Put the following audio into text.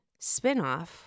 spinoff